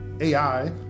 AI